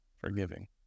forgiving